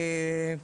אך אומרים,